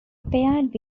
paired